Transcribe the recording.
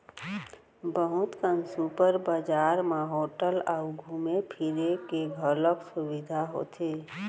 बहुत कन सुपर बजार म होटल अउ घूमे फिरे के घलौक सुबिधा होथे